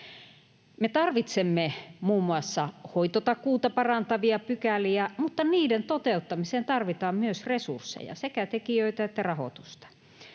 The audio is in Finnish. Me tarvitsemme muun muassa hoitotakuuta parantavia pykäliä, mutta niiden toteuttamiseen tarvitaan myös resursseja, sekä tekijöitä että rahoitusta.